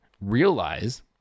realize